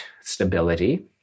stability